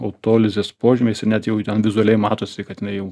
autolizės požymiais ir net jau ten vizualiai matosi kad inai jau